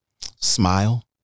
smile